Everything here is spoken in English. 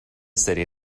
city